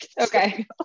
Okay